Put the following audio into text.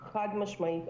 חד-משמעית.